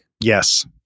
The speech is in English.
Yes